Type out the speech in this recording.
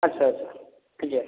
ଆଛା ଆଛା ଆଜ୍ଞା